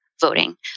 voting